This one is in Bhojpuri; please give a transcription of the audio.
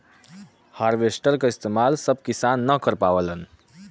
हारवेस्टर क इस्तेमाल सब किसान न कर पावेलन